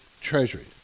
treasury